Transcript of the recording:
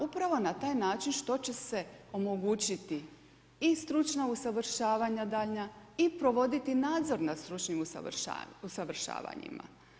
Upravo na taj način što će se omogućiti i stručna usavršavanja daljnja i provoditi nadzor nad stručnim usavršavanjima.